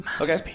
Okay